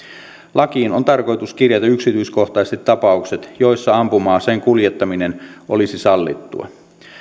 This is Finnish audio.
lakiin on tarkoitus kirjata yksityiskohtaisesti tapaukset joissa ampuma aseen kuljettaminen olisi sallittua